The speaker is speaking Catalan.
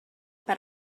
per